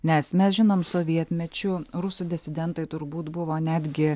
nes mes žinom sovietmečiu rusų disidentai turbūt buvo netgi